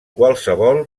qualsevol